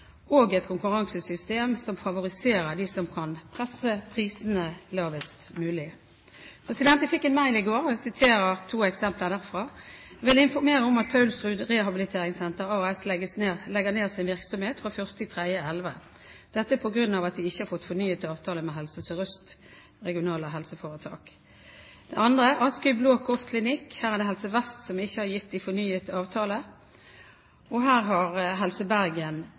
og et konkurransesystem som favoriserer dem som kan presse prisene lavest mulig. Jeg fikk en mail i går, og jeg viser til to eksempler derfra: «Vil informere om at Paulsrud Rehabiliteringssenter AS legger ned sin virksomhet fra ⅓-2011.» Dette er på grunn av at de ikke har fått fornyet avtale med Helse Sør-Øst RHS. Det andre gjelder Askøy Blå Kors Klinikk. Her er det Helse Vest som ikke har gitt dem fornyet avtale, og Helse Bergen har